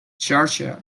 georgia